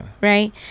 Right